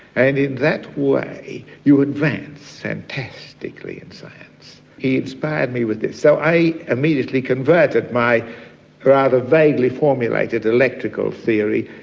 and in that way you advance fantastically in science. he inspired me with this. so, i immediately converted my rather vaguely formulated electrical theory,